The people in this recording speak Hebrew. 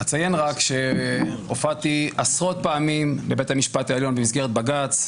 אציין שהופעתי עשרות פעמים בבית המשפט העליון במסגרת בג"ץ.